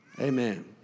Amen